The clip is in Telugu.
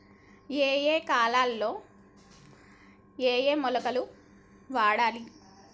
ఏయే కాలంలో ఏయే మొలకలు వాడాలి?